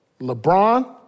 LeBron